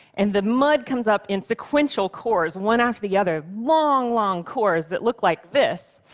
and the mud comes up in sequential cores, one after the other long, long cores that look like this.